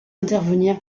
intervenir